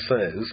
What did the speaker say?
says